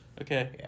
okay